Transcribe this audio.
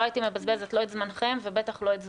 לא הייתי מבזבזת לא את זמנכם ובטח לא את זמני.